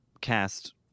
cast